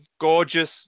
gorgeous